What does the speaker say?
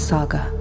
Saga